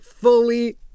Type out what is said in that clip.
fully